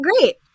Great